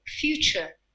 future